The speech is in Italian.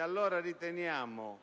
Allora riteniamo